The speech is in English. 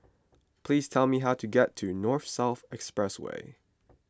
please tell me how to get to North South Expressway